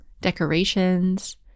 decorations